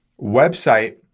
website